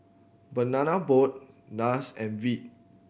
Banana Boat Nars and Veet